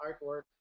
artwork